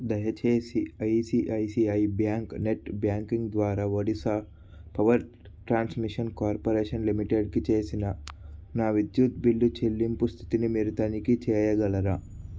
దయచేసి I C I C I bank net banking ద్వారా Odisha power transmission corporation లిమిటెడ్కి చేసిన నా విద్యుత్ బిల్లు చెల్లింపు స్థితిని మీరు తనిఖీ చేయగలరా